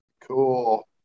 Cool